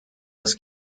das